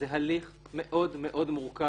זה הליך מאוד מורכב.